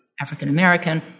African-American